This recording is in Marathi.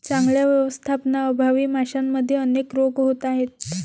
चांगल्या व्यवस्थापनाअभावी माशांमध्ये अनेक रोग होत आहेत